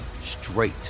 straight